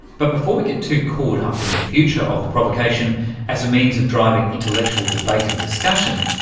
but before we get too caught up in the future of the provocation as a means of driving intellectual debate and discussion,